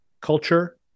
culture